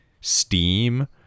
steam